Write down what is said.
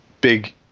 big